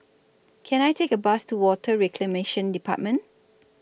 Can I Take A Bus to Water Reclamation department